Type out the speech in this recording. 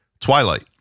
Twilight